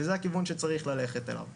וזה הכיוון שצריך ללכת אליו.